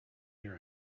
hear